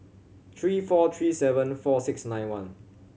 three four three seven four six nine one